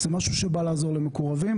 עלינו בעיניים.